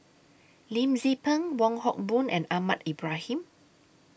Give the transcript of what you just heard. Lim Tze Peng Wong Hock Boon and Ahmad Ibrahim